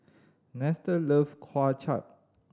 Nestor love Kway Chap